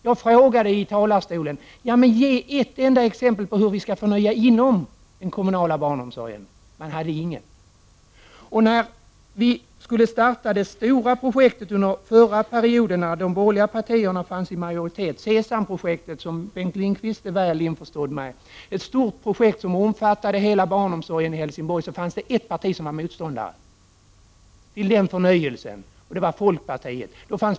Jag bad då i talarstolen om ett enda exempel på hur vi skall kunna förnya verksamheten inom den kommunala barnomsorgen. Man hade inget sådant exempel. När vi under förra mandatperioden, då de borgerliga partierna var i majoritet, skulle starta det stora SESAM-projektet — ett stort projekt som omfattade hela barnomsorgen i Helsingborg och något som Bengt Lindqvist är väl införstådd med — då fanns det ett parti som var motståndare till denna förnyelse, nämligen folkpartiet.